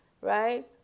right